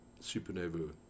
Supernova